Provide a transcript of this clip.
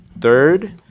third